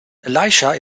elijah